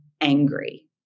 angry